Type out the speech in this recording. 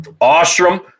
Ostrom